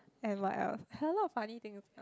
and what else there are a lot of funny things ah